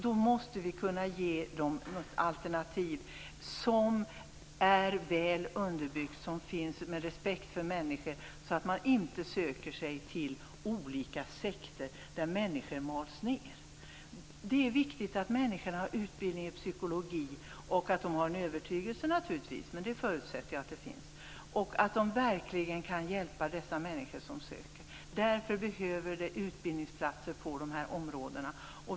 Då måste vi kunna ge dem något alternativ, som är väl underbyggt, med respekt för människor, så att de inte söker sig till olika sekter där människor mals ned. Det är viktigt att människor har utbildning i psykologi och att de har en övertygelse - jag förutsätter att de har det - så att de kan hjälpa dem som söker. Därför behövs det utbildningsplatser på dessa områden.